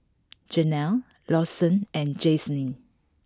Janel Lawson and Jaclyn